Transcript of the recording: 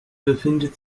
befindet